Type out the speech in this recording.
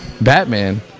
Batman